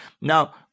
Now